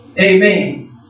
Amen